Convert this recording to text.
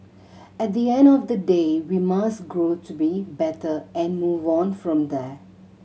at the end of the day we must grow to be better and move on from there